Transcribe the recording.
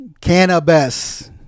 cannabis